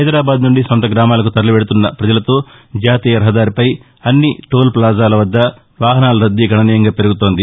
హైదరాబాద్ నుండి సొంత గ్రామాలకు తరలి వెదుతున్న ప్రపజలతో జాతీయ రహదారిపై అన్ని టోల్ ప్లాజాల వద్ద వాహనాల రద్దీ గణనీయంగా పెరుగుతోంది